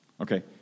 Okay